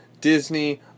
Disney